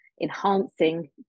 enhancing